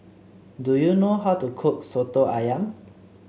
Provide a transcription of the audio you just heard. do you know how to cook soto ayam